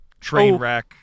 Trainwreck